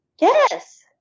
Yes